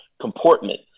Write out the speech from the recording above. comportment